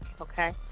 Okay